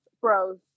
Bros